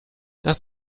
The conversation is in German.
das